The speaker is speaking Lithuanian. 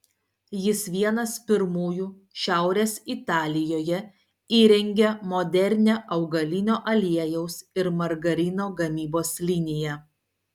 jis vienas pirmųjų šiaurės italijoje įrengė modernią augalinio aliejaus ir margarino gamybos liniją